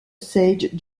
sage